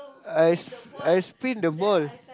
I I spin the ball